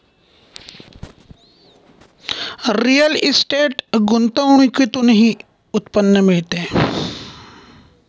real estate गुंतवणुकीतूनही उत्पन्न मिळते